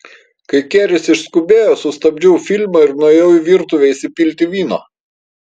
kai keris išskubėjo sustabdžiau filmą ir nuėjau į virtuvę įsipilti vyno